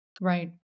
Right